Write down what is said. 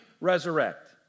resurrect